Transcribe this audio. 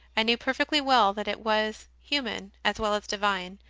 i knew perfectly well that it was human as well as divine,